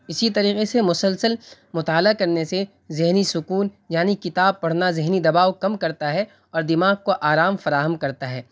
اسی طریقے سے مسلسل مطالعہ کرنے سے ذہنی سکون یعنی کتاب پڑھنا ذہنی دباؤ کم کرتا ہے اور دماغ کو آرام فراہم کرتا ہے